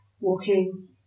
walking